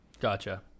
Gotcha